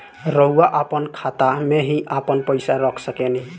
रउआ आपना खाता में ही आपन पईसा रख सकेनी